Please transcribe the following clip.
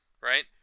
right